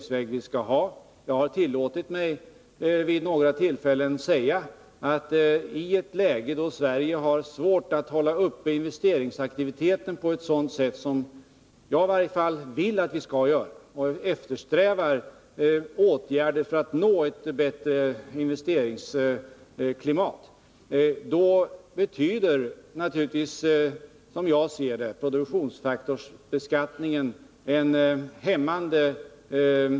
I själva verket finns det ett samband mellan dessa två faktorer, något som Rolf Wirtén och jag tycks vara överens om. Om man har den inställningen är det självklart att man också gärna vill undvika andra typer av beskattning, som kan leda till att ny teknik inte befrämjas. Det var mot den bakgrunden som jag frågade budgetministern om promsen.